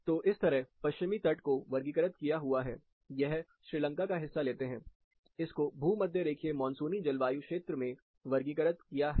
तो इस तरह पश्चिमी तट को वर्गीकृत किया हुआ है यह श्रीलंका का हिस्सा लेते हैं इसको भूमध्य रेखीय मानसूनी जलवायु क्षेत्र में वर्गीकृत किया है